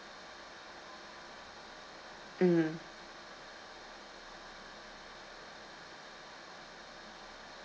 mm